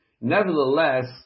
Nevertheless